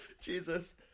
Jesus